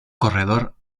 corredor